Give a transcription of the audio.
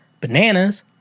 bananas